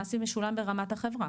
המס משולם ברמת החברה.